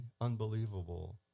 unbelievable